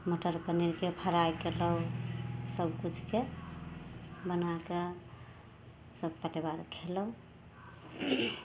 मटर पनीरके फराइ कएलहुँ सबकिछुके बनाके सब पलिबार खएलहुँ